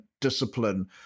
discipline